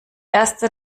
erste